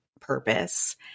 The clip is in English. purpose